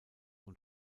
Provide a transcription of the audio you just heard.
und